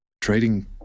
trading